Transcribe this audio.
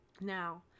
Now